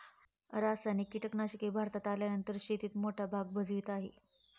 रासायनिक कीटनाशके भारतात आल्यानंतर शेतीत मोठा भाग भजवीत आहे